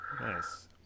Nice